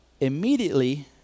immediately